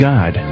God